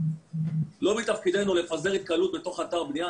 לא מתפקידנו לפזר התקהלות בתוך אתר בנייה.